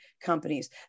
companies